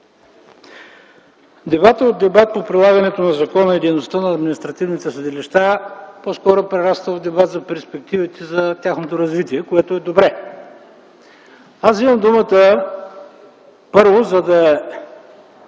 Дебатът по прилагането на закона и дейността на административните съдилища по-скоро прерасна в дебат за перспективите за тяхното развитие, което е добре. Аз вземам думата първо, за да